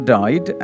died